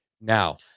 Now